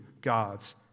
God's